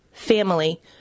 family